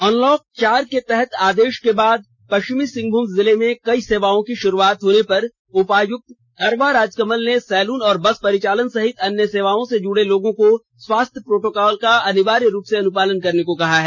unlock चार के नए आदेश के बाद पश्चिमी सिंहमूम जिले में कई सेवाओं की शुरूआत होने पर उपायुक्त अरवा राजकमल ने सैलुन और बस परिचालन सहित अन्य सेवाओं से जुडे लोगों को स्वास्थ्य प्रोटोकॉल का अनिवार्य रूप से अनुपालन करने को कहा है